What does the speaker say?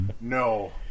No